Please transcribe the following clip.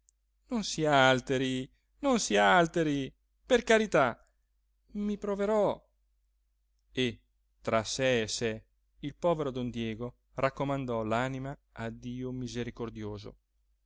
non si alteri non si alteri per carità i proverò e tra sé e sé il povero don diego raccomandò l'anima a dio misericordioso